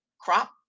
crop